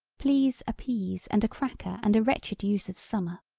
please a pease and a cracker and a wretched use of summer.